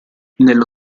nello